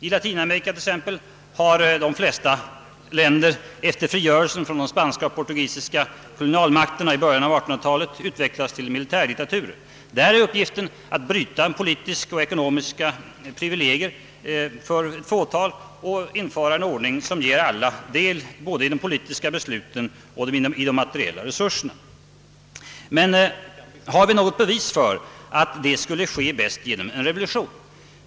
I t.ex. Latinamerika har de flesta länder efter frigörelsen från de spanska och portugisiska kolonialmakterna i början av 1800-talet utvecklats till militärdiktaturer. Där är uppgiften att bryta politiska och ekonomiska privilegier för ett fåtal och införa en ordning som ger alla del i både de politiska besluten och de materiella resurserna. Men har vi något bevis för att det skulle ske bäst genom en revolution?